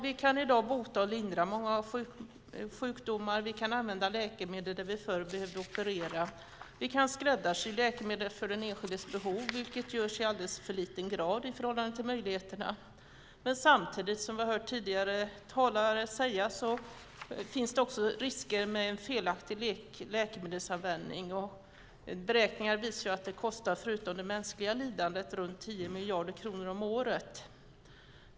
Vi kan i dag bota och lindra många sjukdomar. Vi kan använda läkemedel där vi förr behövde operera. Vi kan skräddarsy läkemedel för den enskildes behov, vilket sker i alldeles för liten omfattning i förhållande till möjligheterna. Samtidigt finns det, som tidigare talare sagt, risker med felaktig läkemedelsanvändning. Beräkningar visar att det förutom det mänskliga lidandet kostar runt 10 miljarder kronor om året.